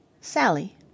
Sally